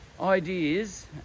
ideas